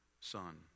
son